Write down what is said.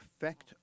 effect